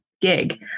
gig